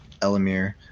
Elamir